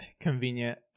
convenient